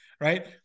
right